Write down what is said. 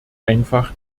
einfach